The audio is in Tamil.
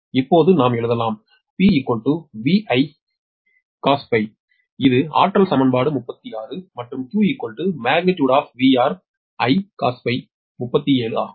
இப்போது நாம் எழுதலாம் இது சக்தி சமன்பாடு 36 மற்றும் Q magnitude VRIcos 37 ஆகும்